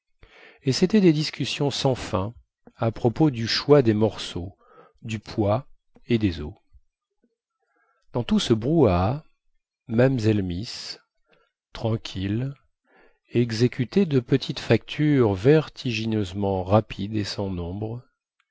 et cétaient des discussions sans fin à propos du choix des morceaux du poids et des os dans tout ce brouhaha mamzelle miss tranquille exécutait de petites factures vertigineusement rapides et sans nombre